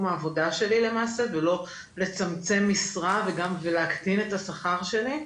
העבודה שלי למעשה וכדי לא לצמצם משרה ולהקטין את השכר שלי.